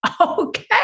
okay